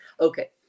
Okay